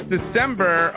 December